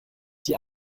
die